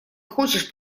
хочешь